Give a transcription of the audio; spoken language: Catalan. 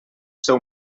seu